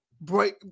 break